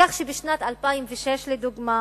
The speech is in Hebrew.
כך שבשנת 2006, לדוגמה,